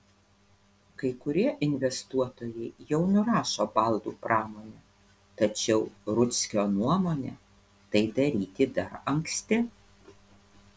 kai kurie investuotojai jau nurašo baldų pramonę tačiau rudzkio nuomone tai daryti dar anksti